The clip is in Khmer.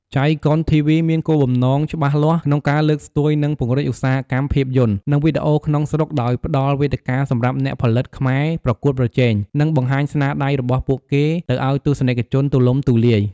ចៃកុនធីវី មានគោលបំណងច្បាស់លាស់ក្នុងការលើកស្ទួយ និងពង្រីកឧស្សាហកម្មភាពយន្ត និងវីដេអូក្នុងស្រុក ដោយផ្តល់វេទិកាសម្រាប់អ្នកផលិតខ្មែរប្រកួតប្រជែង និងបង្ហាញស្នាដៃរបស់ពួកគេ ទៅឱ្យទស្សនិកជនទូលំទូលាយ។